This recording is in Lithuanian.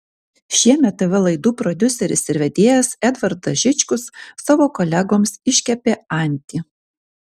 šiemet tv laidų prodiuseris ir vedėjas edvardas žičkus savo kolegoms iškepė antį